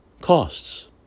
costs